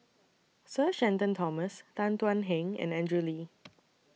Sir Shenton Thomas Tan Thuan Heng and Andrew Lee